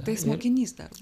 tai jis mokinys dar